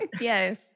Yes